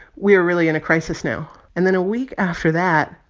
we are really in a crisis now. and then a week after that,